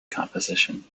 composition